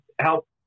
help